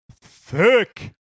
thick